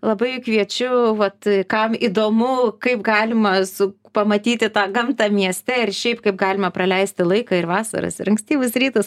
labai kviečiu vat kam įdomu kaip galima su pamatyti tą gamtą mieste ir šiaip kaip galima praleisti laiką ir vasaras ir ankstyvus rytus